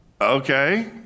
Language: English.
Okay